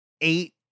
eight